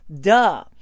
Duh